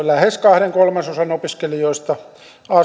lähes kahden kolmasosan opiskelijoista